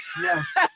Yes